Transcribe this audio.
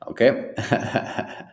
Okay